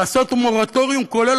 לעשות מורטוריום כולל,